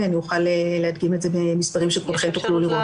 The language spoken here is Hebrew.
אוכל להדגים את זה במספרים שכולכם תוכלו לראות.